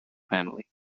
family